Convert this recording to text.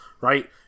right